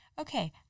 Okay